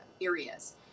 areas